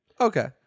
Okay